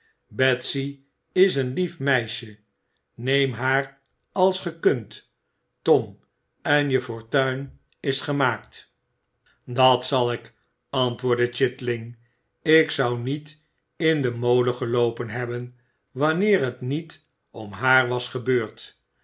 betsy is een lief meisje neem haar als ge kunt tom en je fortuin is gemaakt dat zal ik antwoordde chitling ik zou niet in den molen geloopen hebben wanneer t niet om haar was gebeurd